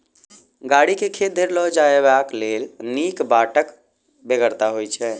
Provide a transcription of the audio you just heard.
गाड़ी के खेत धरि ल जयबाक लेल नीक बाटक बेगरता होइत छै